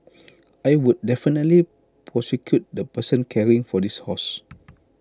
I would definitely prosecute the person caring for this horse